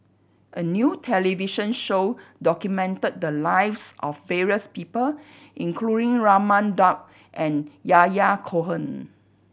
a new television show documented the lives of various people including Raman Daud and Yahya Cohen